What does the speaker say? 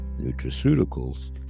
nutraceuticals